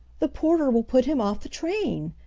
the porter will put him off the train!